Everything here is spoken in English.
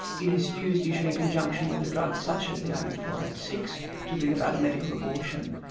it is used usually in conjunction with a drug such as the r u four eight six to bring about a medical abortion,